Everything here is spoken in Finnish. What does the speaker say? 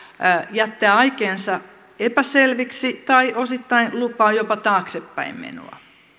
jättää aikeensa epäselviksi tai osittain lupaa jopa taaksepäin menoa